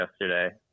yesterday